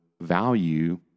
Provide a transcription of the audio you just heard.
value